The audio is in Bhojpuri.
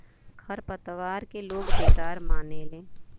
खर पतवार के लोग बेकार मानेले